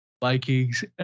Vikings